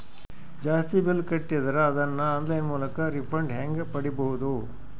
ಜಾಸ್ತಿ ಬಿಲ್ ಕಟ್ಟಿದರ ಅದನ್ನ ಆನ್ಲೈನ್ ಮೂಲಕ ರಿಫಂಡ ಹೆಂಗ್ ಪಡಿಬಹುದು?